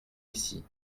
ici